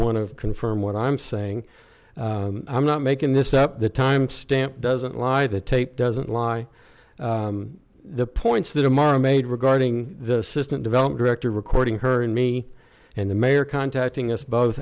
want to confirm what i'm saying i'm not making this up the timestamp doesn't lie the tape doesn't lie the points that i'm are made regarding the system developed director recording her and me and the mayor contacting us both